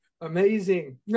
Amazing